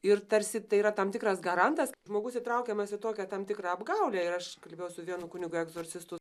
ir tarsi tai yra tam tikras garantas žmogus įtraukiamas į tokią tam tikrą apgaulę ir aš kalbėjau su vienu kunigu egzorcistu